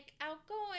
outgoing